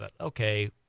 Okay